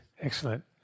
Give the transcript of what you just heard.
excellent